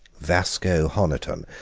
vasco honiton,